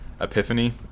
epiphany